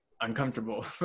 uncomfortable